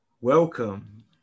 Welcome